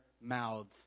mouths